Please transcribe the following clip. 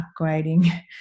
upgrading